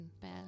Bell